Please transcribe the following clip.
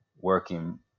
working